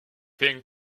thing